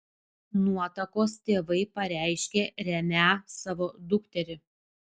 nuotakos tėvai pareiškė remią savo dukterį